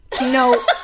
no